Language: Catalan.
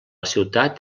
ciutat